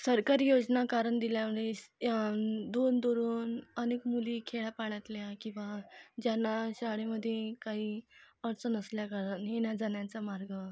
सरकारी योजना कारण दिल्याने दुरून दुरून अनेक मुली खेड्यापाड्यातल्या किंवा ज्यांना शाळेमध्ये काही अडचण असल्या कारणाने येण्याजाण्याचा मार्ग